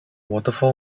waterfall